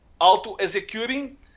auto-executing